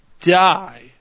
die